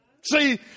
See